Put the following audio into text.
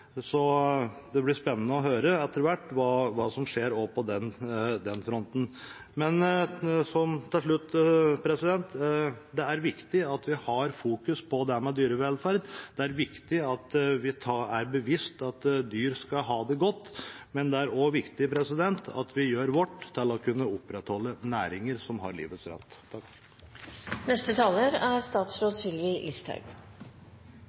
Det blir spennende å høre etter hvert hva som skjer også på den fronten. Til slutt: Det er viktig at vi fokuserer på dette med dyrevelferd, det er viktig at vi er bevisste på at dyr skal ha det godt, men det er også viktig at vi gjør vårt for å kunne opprettholde næringer som har livets rett. Takk for interpellasjonen fra representanten Ørsal Johansen om dyrevelferd i pelsdyrnæringen. Jeg er